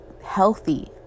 healthy